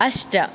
अष्ट